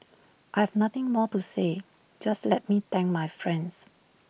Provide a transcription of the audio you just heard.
I have nothing more to say just let me thank my friends